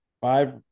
five